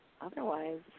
Otherwise